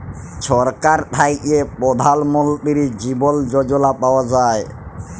ছরকার থ্যাইকে পধাল মলতিরি জীবল যজলা পাউয়া যায়